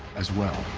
as well.